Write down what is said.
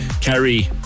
Carrie